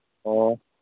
ꯑꯣ